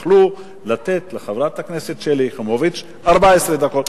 יכלו לתת לחברת הכנסת שלי יחימוביץ 14 דקות.